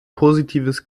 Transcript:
positives